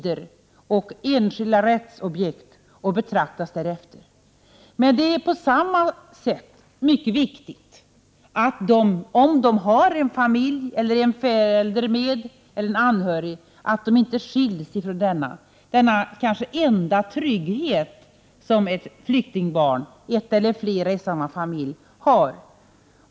1988/89:125 och enskilda rättsobjekt och behandlas därefter. Det är på samma gång 31 maj 1989 mycket viktigt att de, om de har en familj, en förälder eller en anhörig med sig, inte skiljs från denna kanske enda trygghet som flyktingbarn, ett eller flera i samma familj, har.